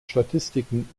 statistiken